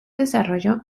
desarrollo